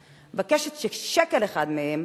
אני מבקשת ששקל מהם